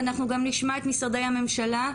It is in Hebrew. אנחנו גם נשמע את משרדי הממשלה.